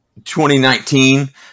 2019